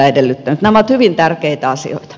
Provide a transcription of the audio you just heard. nämä ovat hyvin tärkeitä asioita